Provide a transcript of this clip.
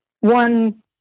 one